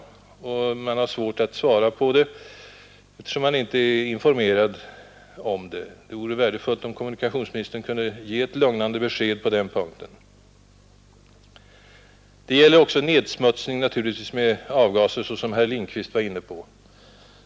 Man har svårt att svara, eftersom man inte är tillräckligt informerad. Det vore värdefullt om kommunikationsministern kunde ge ett lugnande besked på den punkten. Det gäller naturligtvis slutligen också nedsmutsningen med avgaser, vilket herr Lindkvist var inne på.